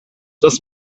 das